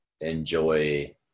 enjoy